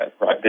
right